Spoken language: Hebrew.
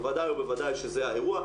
בוודאי ובוודאי שזה האירוע,